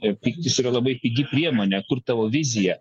ir pyktis yra labai pigi priemonė kur tavo vizija